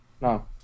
No